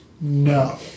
No